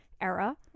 era